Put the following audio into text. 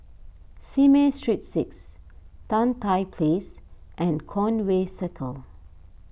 Simei Street six Tan Tye Place and Conway Circle